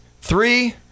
Three